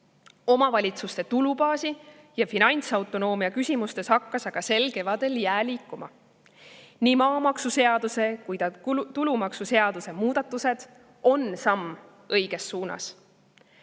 Omavalitsuste tulubaasi ja finantsautonoomia küsimustes hakkas aga sel kevadel jää liikuma. Nii maamaksuseaduse kui ka tulumaksuseaduse muudatused on samm õiges suunas.